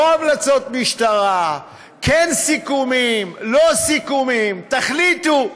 לא המלצות משטרה, כן סיכומים, לא סיכומים, תחליטו.